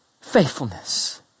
faithfulness